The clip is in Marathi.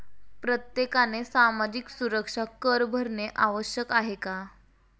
प्रत्येकाने सामाजिक सुरक्षा कर भरणे आवश्यक आहे का?